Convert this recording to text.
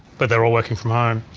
but they're all working from home.